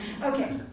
Okay